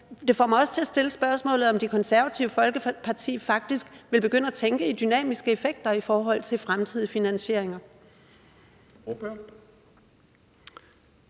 det får mig også til at stille spørgsmålet, om Det Konservative Folkeparti faktisk vil begynde at tænke i dynamiske effekter i forhold til fremtidige finansieringer.